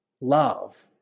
love